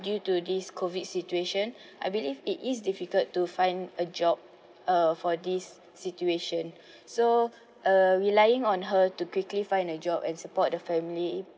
due to this COVID situation I believe it is difficult to find a job uh for this situation so uh relying on her to quickly find a job and support the family